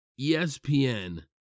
ESPN